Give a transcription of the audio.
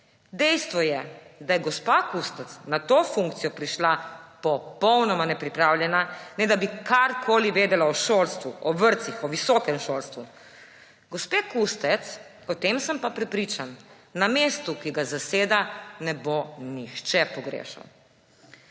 »Dejstvo je, da je gospa Kustec na to funkcijo prišla popolnoma nepripravljena, ne da bi karkoli vedela o šolstvu, o vrtcih, o visokem šolstvu. Gospe Kustec, o tem sem pa prepričan, na mestu, ki ga zaseda, ne bo nihče pogrešal.«